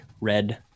red